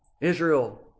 Israel